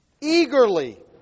eagerly